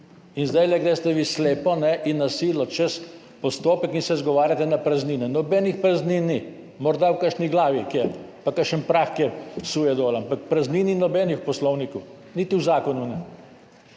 In zdaj greste vi slepo in na silo čez postopek in se izgovarjate na praznine. Nobenih praznin ni. Morda v kakšni glavi kje, pa kakšen prah kje suje dol, ampak praznin ni nobenih v Poslovniku, niti v zakonu ne.